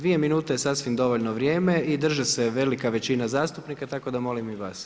2 minute je sasvim dovoljno vrijeme i drži ga se velika većina zastupnika tako da molim i vas.